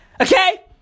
Okay